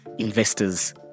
investors